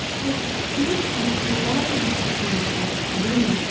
it seems you've been lying to the police and to me.